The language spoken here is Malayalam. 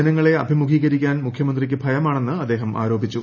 ജനങ്ങളെ അഭിമുഖീകരിക്കാൻ മുഖ്യമന്ത്രിക്ക് ഭയമാണെന്ന് അദ്ദേഹം ആരോപിച്ചു